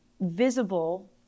Visible